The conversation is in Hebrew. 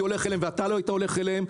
הולך אליהם ואתה לא היית הולך אליהם.